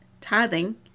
tithing